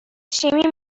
شیمی